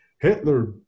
Hitler